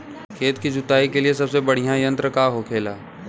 खेत की जुताई के लिए सबसे बढ़ियां यंत्र का होखेला?